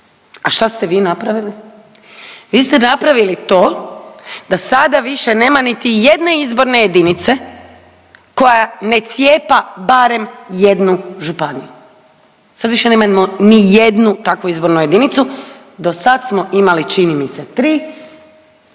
A šta ste vi napravili? Vi ste napravili to da sada više nema niti jedne izborne jedinice koja ne cijepa barem jednu županiju. Sad više nemamo ni jednu takvu izbornu jedinicu. Dosad smo imali čini mi se tri,